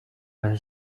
your